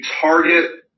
target